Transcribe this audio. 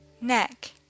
neck